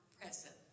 present